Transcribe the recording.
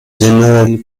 generally